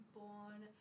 born